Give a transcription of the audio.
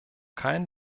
kein